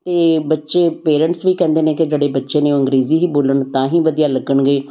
ਅਤੇ ਬੱਚੇ ਪੇਰੈਂਟਸ ਵੀ ਕਹਿੰਦੇ ਨੇ ਕਿ ਜਿਹੜੇ ਬੱਚੇ ਨੇ ਉਹ ਅੰਗਰੇਜ਼ੀ ਹੀ ਬੋਲਣ ਤਾਂ ਹੀ ਵਧੀਆ ਲੱਗਣਗੇ